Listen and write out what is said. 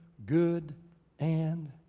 good and.